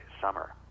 summer